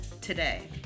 today